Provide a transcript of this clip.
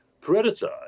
predator